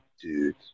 dude